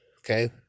Okay